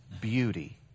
beauty